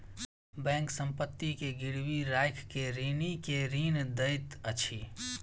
bank संपत्ति के गिरवी राइख के ऋणी के ऋण दैत अछि